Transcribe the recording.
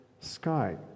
sky